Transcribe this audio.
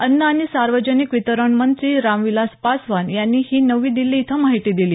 अन्न आणि सार्वजनिक वितरण मंत्री रामविलास पासवान यांनी नवी दिल्ली इथं ही माहिती दिली